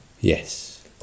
yes